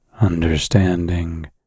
understanding